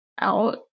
out